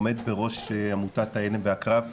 עומד בראש עמותת 'ההלם והקרב'.